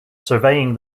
surveying